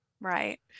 right